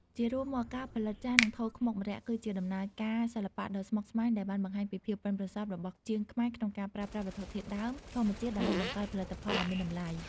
ជារួមមក ការផលិតចាន និងថូខ្មុកម្រ័ក្សណ៍គឺជាដំណើរការសិល្បៈដ៏ស្មុគស្មាញដែលបានបង្ហាញពីភាពប៉ិនប្រសប់របស់ជាងខ្មែរក្នុងការប្រើប្រាស់វត្ថុធាតុដើមធម្មជាតិដើម្បីបង្កើតផលិតផលដ៏មានតម្លៃ។